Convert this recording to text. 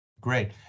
Great